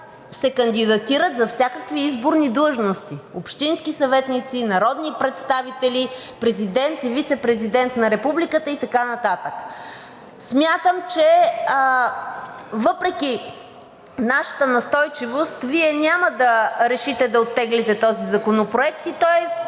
се кандидатират за всякакви изборни длъжности – общински съветници, народни представители, президент и вицепрезидент на републиката и така нататък. Смятам, че въпреки нашата настойчивост Вие няма да решите да оттеглите този законопроект и той